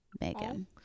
Megan